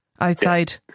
outside